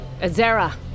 Azera